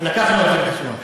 לקחנו את זה בחשבון.